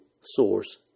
source